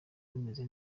bameze